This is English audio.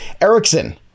Erickson